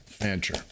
Mancher